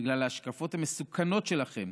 בגלל ההשקפות המסוכנות שלכם,